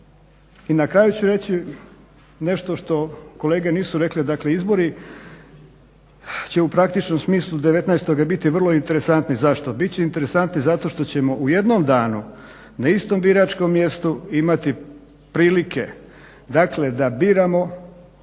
I na kraju ću reći nešto što kolege nisu rekle, dakle izbori će u praktičnom smislu 19. biti vrlo interesantni. Zašto? Bit će interesantni zato što ćemo u jednom danu na istom biračkom mjestu imati prilike dakle da biramo